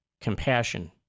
compassion